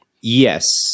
Yes